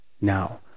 Now